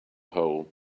hole